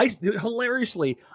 hilariously